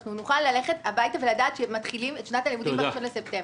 שאנחנו נוכל ללכת הביתה ולדעת שמתחילים את שנת הלימודים ב-1 בספטמבר.